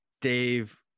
Dave